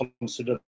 consider